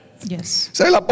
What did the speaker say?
Yes